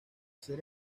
ser